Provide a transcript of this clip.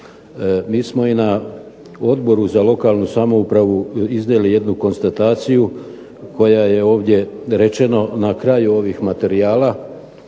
Mi smo na Odboru za lokalnu samoupravu iznijeli jednu konstataciju koja je ovdje rečeno na kraju ovih materijala